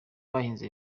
bahinze